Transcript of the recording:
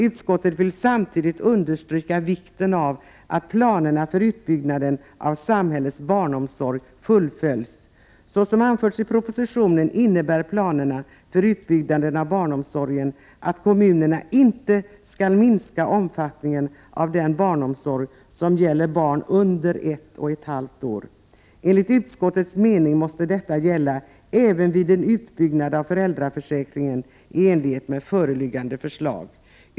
Utskottet vill samtidigt understryka vikten av att planerna för utbyggnaden av samhällets barnomsorg fullföljs. Såsom anförts i propositionen innebär planerna för utbyggnaden av barnomsorgen att kommunerna inte skall minska omfattningen av den barnomsorg som gäller barn under ett och ett halvt år. Enligt utskottets mening måste detta gälla även vid en utbyggnad av föräldraförsäkringen i enlighet med föreliggande förslag.